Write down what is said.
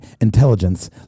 intelligence